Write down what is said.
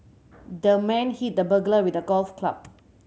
the man hit the burglar with a golf club